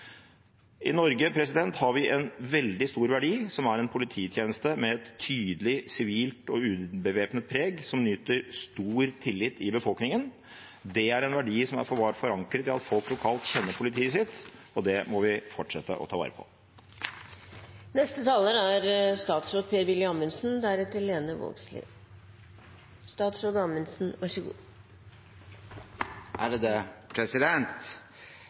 I Norge har vi en veldig stor verdi, som er en polititjeneste med et tydelig sivilt og ubevæpnet preg, som nyter stor tillit i befolkningen. Det er en verdi som har vært forankret i at folk lokalt kjenner politiet sitt, og det må vi fortsette å ta vare på. Et tilstedeværende og dyktig politi er